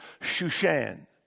Shushan